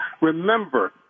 Remember